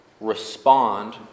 respond